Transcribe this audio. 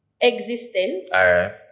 existence